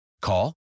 Call